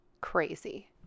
crazy